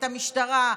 את המשטרה,